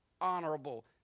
honorable